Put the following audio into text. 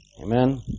Amen